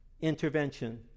intervention